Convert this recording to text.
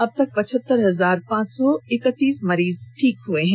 अबतक पचहत्तर हजार पांच सौ एकतीस मरीज ठीक हुए हैं